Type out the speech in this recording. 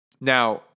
now